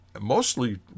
mostly